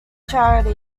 charity